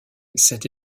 cette